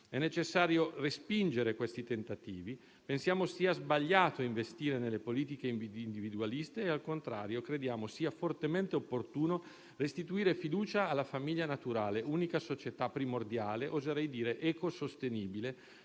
È necessario respingere questi tentativi. Pensiamo sia sbagliato investire nelle politiche individualiste e, al contrario, crediamo sia fortemente opportuno restituire fiducia alla famiglia naturale, unica società primordiale - oserei dire ecosostenibile